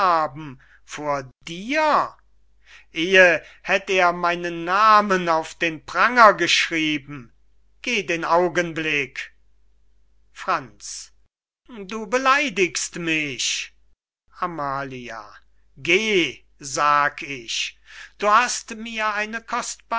vor dir ehe hätt er meinen namen auf den pranger geschrieben geh den augenblick franz du beleidigst mich amalia geh sag ich du hast mir eine